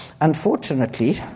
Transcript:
unfortunately